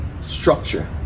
structure